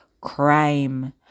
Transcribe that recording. crime